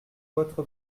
votre